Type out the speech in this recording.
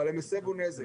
אבל הם הסבו נזק,